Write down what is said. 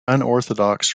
unorthodox